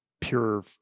pure